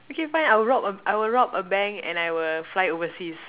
okay fine I'll rob I will rob a bank and I will fly overseas